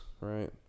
right